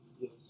Yes